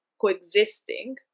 coexisting